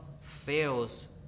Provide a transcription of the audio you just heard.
fails